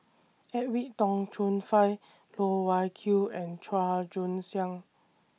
Edwin Tong Chun Fai Loh Wai Kiew and Chua Joon Siang